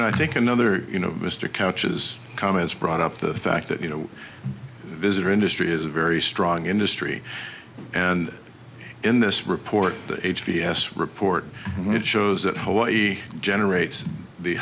know i think another you know mr couches comments brought up the fact that you know visitor industry is a very strong industry and in this report h p s report which shows that hoey generates the